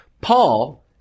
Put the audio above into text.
Paul